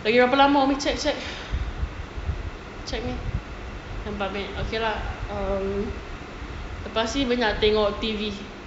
lagi berapa lama umi check check empat minute okay lah um lepas ni nak tengok T_V